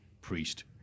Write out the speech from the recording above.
Priest